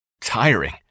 tiring